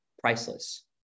priceless